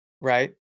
right